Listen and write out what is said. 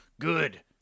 Good